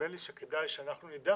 נדמה לי שכדאי שאנחנו נדע